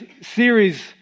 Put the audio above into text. series